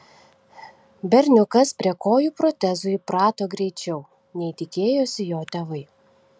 berniukas prie kojų protezų įprato greičiau nei tikėjosi jo tėvai